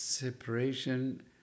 Separation